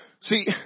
See